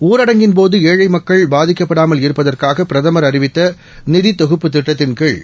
ஊரடங்கின் போது ஏழை மக்கள் பாதிக்கப்படாமல் இருப்பதற்ளக பிரதம் அறிவித்த நிதி தொகுப்பு திட்டத்தின்கீழ்